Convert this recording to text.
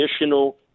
additional